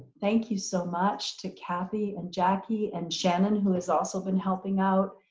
thank you so much to kathy and jackie and shannon who has also been helping out